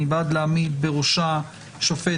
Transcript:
אני בעד להעמיד בראשה שופט,